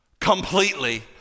completely